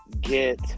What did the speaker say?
get